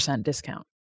discount